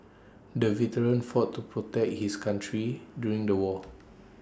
the veteran fought to protect his country during the war